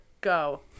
Go